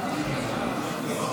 נגד.